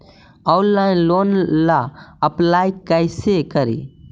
Online loan ला apply कैसे करी?